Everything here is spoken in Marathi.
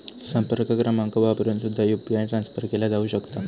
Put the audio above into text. संपर्क क्रमांक वापरून सुद्धा यू.पी.आय ट्रान्सफर केला जाऊ शकता